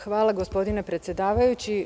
Hvala gospodine predsedavajući.